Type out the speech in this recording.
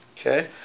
Okay